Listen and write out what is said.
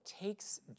takes